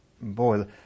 Boy